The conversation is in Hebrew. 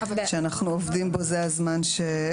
שאנחנו עובדים בו, זה הזמן שהיה לנו.